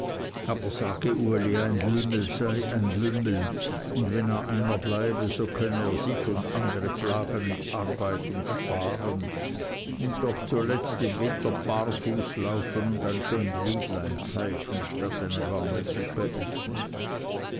ein lümmel sei ein lümmel und wenn er einer bleibe so könne er sich und andere plagen mit arbeit und sparen und doch zuletzt im winter barfuß laufen und ein schön liedlein pfeifen statt eine warme suppe essen